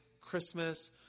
Christmas